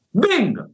Bing